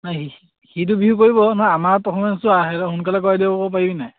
নাই সিতো বিহু কৰিব নহয় আমাৰ পাৰফৰ্মেঞ্চটো আহে সোনকালে কৰাই দিব পাৰিবি নাই